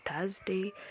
Thursday